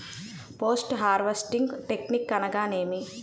Post harvesting technique అనగా నేమి?